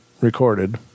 recorded